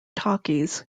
talkies